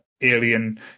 alien